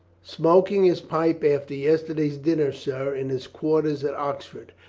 smoking his pipe after yesterday's dinner, sir, in his quarters in oxford.